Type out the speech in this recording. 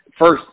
first